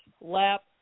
lap